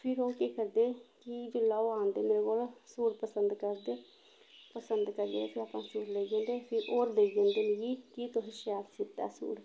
फिर ओह् केह् करदे कि जेल्लै ओह् आंदे मेरे कोल सूट पसंद करदे पसंद करियै फ्ही अपना सूट लेई जंदे फिर होर देई जंदे मिगी कि तुसें शैल सीता ऐ सूट